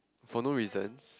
for no reasons